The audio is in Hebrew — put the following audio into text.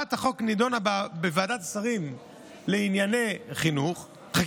הצעת החוק נדונה בוועדת שרים לענייני חקיקה